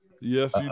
Yes